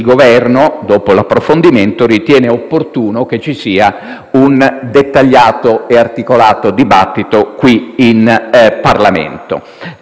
un dettagliato e articolato dibattito in Parlamento, a monte delle decisioni